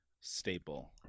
staple